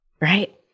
Right